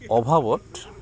অভাৱত